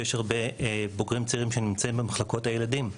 שיש הרבה בוגרים צעירים שנמצאים במחלקות הילדים.